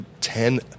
ten